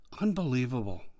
Unbelievable